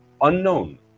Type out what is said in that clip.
unknown